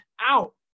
out